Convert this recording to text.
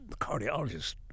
cardiologist